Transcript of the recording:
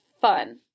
fun